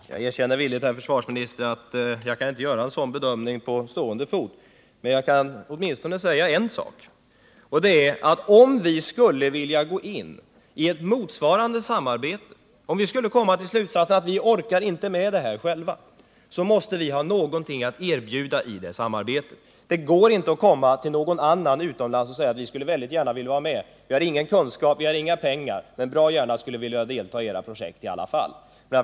Herr talman! Jag erkänner villigt, herr försvarsminister, att jag inte kan göra en sådan bedömning på stående fot. Men jag kan åtminstone säga en sak, och det är att om vi skulle vilja gå in i ett samarbete ifall vi skulle komma till slutsatsen att vi inte orkar med ett eget projekt, så måste vi ha någonting att erbjuda i det samarbetet. Det går inte bara att komma till något annat land och säga: Vi har inte någon kunskap och vi har inga pengar, men vi skulle gärna vilja delta i ert projekt.